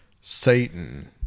Satan